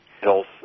health